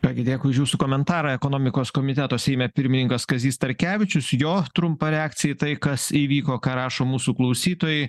ką gi dėkui už jūsų komentarą ekonomikos komiteto seime pirmininkas kazys starkevičius jo trumpa reakcija į tai kas įvyko ką rašo mūsų klausytojai